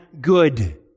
good